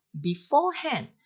beforehand